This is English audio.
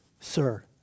sir